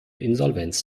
insolvenz